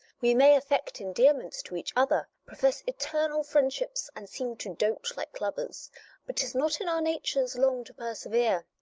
we may affect endearments to each other, profess eternal friendships, and seem to dote like lovers but tis not in our natures long to persevere.